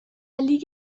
لیگ